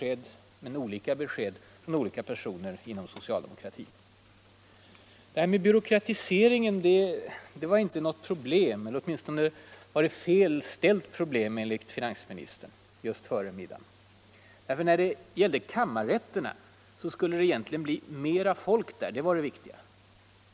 Det har i stället lämnats olika besked från olika personer inom socialdemokratin. Sedan var detta med byråkratiseringen inte något problem — eller det var åtminstone ett felställt problem, sade finansministern före middagspausen. För när det gäller kammarrätterna skulle det egentligen bli mera folk där. Det var det viktiga.